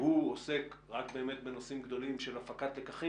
שהוא עוסק רק בנושאים גדולים של הפקת לקחים